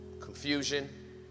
confusion